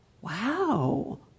Wow